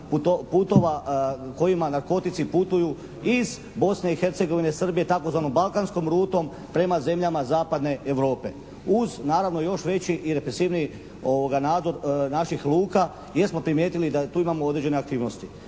putova kojima narkotici putuju iz Bosne i Hercegovine, Srbije, tzv. Balkanskom rutom prema zemljama zapadne Europe. Uz naravno, još veći i represivniji nadzor naših luka jer smo primijetili da tu imamo određene aktivnosti.